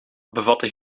bevatten